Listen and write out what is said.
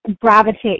gravitate